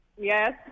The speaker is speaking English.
Yes